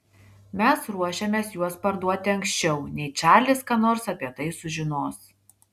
mes ruošiamės juos parduoti anksčiau nei čarlis ką nors apie tai sužinos